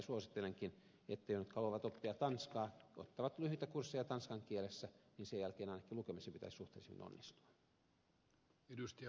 suosittelenkin että ne jotka haluavat oppia tanskaa ottavat lyhyitä kursseja tanskan kielessä niin sen jälkeen ainakin lukemisen pitäisi suhteellisen hyvin onnistua